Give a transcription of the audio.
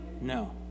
No